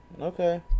Okay